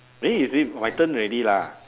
eh is it my turn already lah